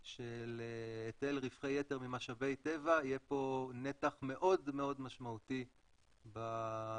שלהיטל רווחי יתר ממשאבי טבע יהיה פה נתח מאוד מאוד משמעותי בתחזית.